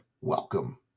Welcome